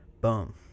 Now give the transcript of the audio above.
Boom